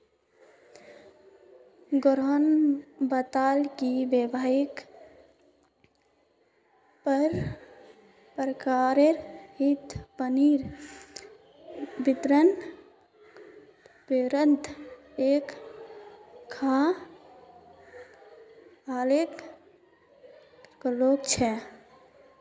रोहण बताले कि वहैं प्रकिरतित पानीर वितरनेर बारेत एकखाँ आलेख लिख छ